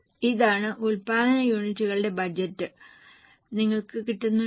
ഇതാണ് ഉൽപ്പാദന യൂണിറ്റുകളുടെ ബജറ്റ് നിങ്ങൾക്ക് കിട്ടുന്നുണ്ടോ